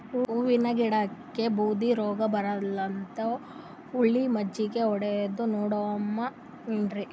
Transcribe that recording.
ಹೂವಿನ ಗಿಡಕ್ಕ ಬೂದಿ ರೋಗಬಂದದರಿ, ಹುಳಿ ಮಜ್ಜಗಿ ಹೊಡದು ನೋಡಮ ಏನ್ರೀ?